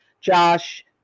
Josh